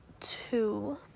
two